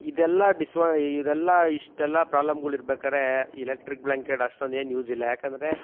ಇದೆಲ್ಲ ಡಿಸ್ವ ಇದೆಲ್ಲ ಇಷ್ಟೆಲ್ಲ ಪ್ರಾಬ್ಲಮ್ಗಳಿರ್ಬೇಕಾರೆ ಎಲೆಕ್ಟ್ರಿಕ್ ಬ್ಲ್ಯಾಂಕೆಟ್ ಅಷ್ಟೊಂದೇನು ಯೂಸಿಲ್ಲ ಯಾಕಂದರೆ